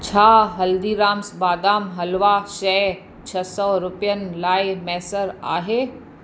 छा हल्दीराम्स बादाम हलवा शइ छह सौ रुपियनि लाइ मुयसरु आहे